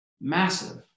Massive